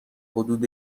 حدود